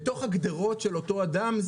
בתוך הגדרות של אותו אדם,